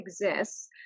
exists